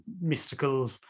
mystical